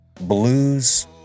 blues